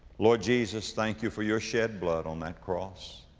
lord jesus, thank you for your shed blood on that cross.